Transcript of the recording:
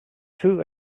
two